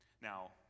now